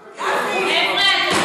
חבר'ה,